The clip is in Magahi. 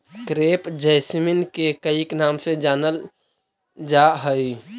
क्रेप जैसमिन के कईक नाम से जानलजा हइ